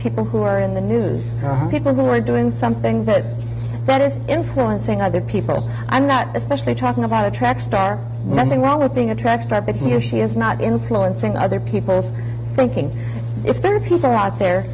people who are in the news or people who are doing something that that is influencing other people i'm not especially talking about a track star nothing wrong with being a track star but he or she is not influencing other people's thinking if there are people out there